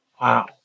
Wow